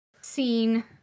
scene